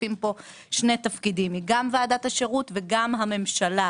הכספים פה שני תפקידים היא גם ועדת השירות וגם הממשלה,